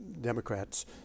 Democrats